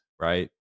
right